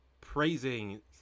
praising